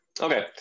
okay